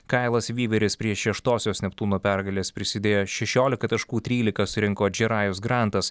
kailas vyveris prie šeštosios neptūno pergalės prisidėjo šešiolika taškų trylika surinko džerajus grantas